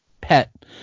pet